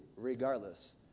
Regardless